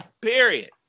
Period